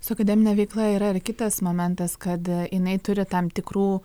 su akademine veikla yra ir kitas momentas kad jinai turi tam tikrų